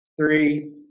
three